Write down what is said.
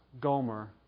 Gomer